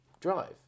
drive